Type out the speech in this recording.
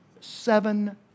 seven